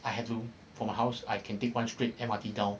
I have to from my house I can take one straight M_R_T down